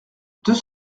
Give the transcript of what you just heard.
deux